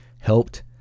helped